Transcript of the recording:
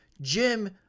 Jim